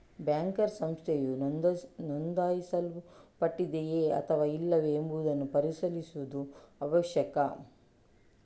banker ಸಂಸ್ಥೆಯು ನೋಂದಾಯಿಸಲ್ಪಟ್ಟಿದೆಯೇ ಅಥವಾ ಇಲ್ಲವೇ ಎಂಬುದನ್ನು ಪರಿಶೀಲಿಸುವುದು ಅವಶ್ಯಕ